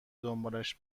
دنبالش